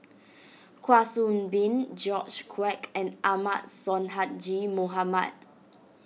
Kwa Soon Bee George Quek and Ahmad Sonhadji Mohamad